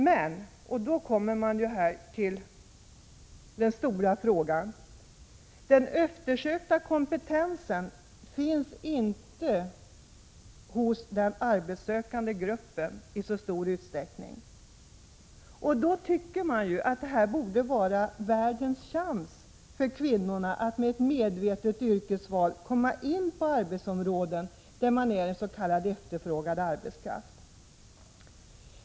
Men sedan kommer man till den stora frågan: Den eftersökta kompetensen finns inte i så stor utsträckning hos den arbetssökande gruppen. Då tycker man att det här borde vara världens chans för kvinnor med ett medvetet yrkesval att komma in på arbetsområden där man är s.k. efterfrågad arbetskraft.